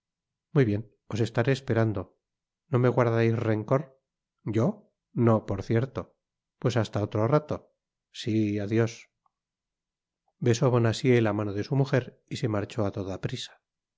muy bien os estaré esperando no me guardareis rencor yo no por cierto pues hasta otro rato si adios besó bonacieux la mano de su mujer y se marchó á toda prisa